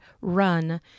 run